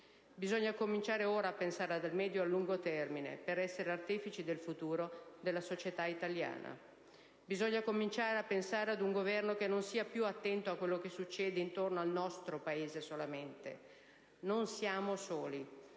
Bisogna cominciare ora a pensare al medio e al lungo termine per essere artefici del futuro della società italiana. Bisogna cominciare a pensare ad un Governo che sia più attento non solo a quello che succede all'interno del nostro Paese. Non siamo soli.